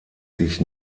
sich